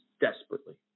desperately